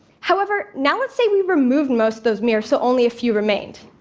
however, now let's say we remove most of those mirrors so only a few remained.